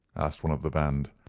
asked one of the band.